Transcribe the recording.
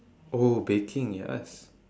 oh baking yes